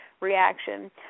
reaction